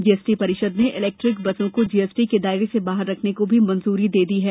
GST परिषद ने electric बसों को जीएसटी के दायरे से बाहर रखने को भी मंजूरी दे दी है